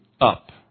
up